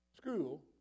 school